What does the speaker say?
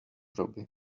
proby